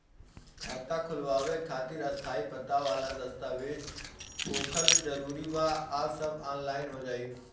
खाता खोलवावे खातिर स्थायी पता वाला दस्तावेज़ होखल जरूरी बा आ सब ऑनलाइन हो जाई?